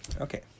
Okay